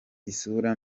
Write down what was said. isura